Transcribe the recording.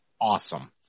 awesome